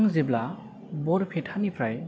आं जेब्ला बरपेटा निफ्राय